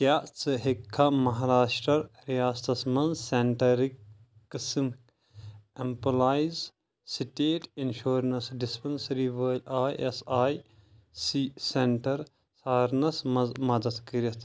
کیٛاہ ژٕ ہیٚککھا مہاراشٹرٛا ریاستس منٛز سینٹرٕکۍ قٕسم ایٚمپلایِز سٕٹیٹ اِنشورنس ڈِسپیٚنٛسرٛی وٲلۍ E S I C centre ژھارنس منٛز مدد کٔرِتھ؟